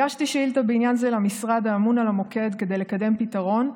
הגשתי שאילתה בעניין זה למשרד האמון על המוקד כדי לקדם פתרון,